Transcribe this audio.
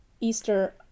Easter